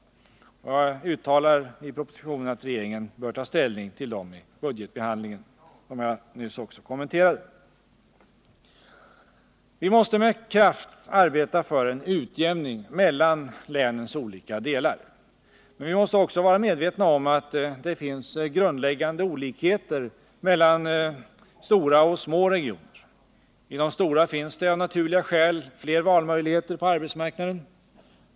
Jag uttalar i propositionen att regeringen bör ta ställning till dem i budgetbehandlingen. Vi måste med kraft arbeta för en utjämning mellan länens olika delar. Men vi måste också vara medvetna om att det finns grundläggande olikheter mellan stora och små regioner. I de stora finns det av naturliga skäl fler valmöjligheter på arbetsmarknaden.